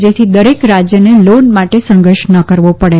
જેથી દરેક રાજ્યને લોન માટે સંઘર્ષ ન કરવો પડે